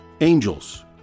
Angels